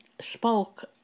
spoke